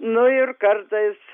nu ir kartais